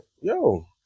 yo